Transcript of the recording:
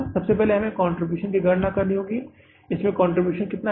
सबसे पहले आपको कंट्रीब्यूशन की गणना करनी होगी तो इसमें कंट्रीब्यूशन क्या है